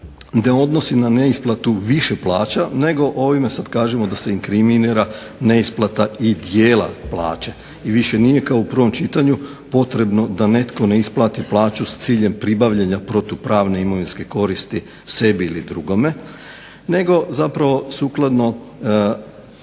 ne odnosi na neisplatu više plaća nego ovime sada kažemo da se inkriminira neisplata i dijela plaće. I više nije kao u prvom čitanju potrebno da netko ne isplati s ciljem pribavljanja protupravne imovinske koristi sebi ili drugom, nego sukladno